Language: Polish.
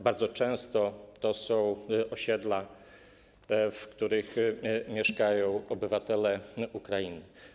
Bardzo często są to osiedla, w których mieszkają obywatele Ukrainy.